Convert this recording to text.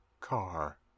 car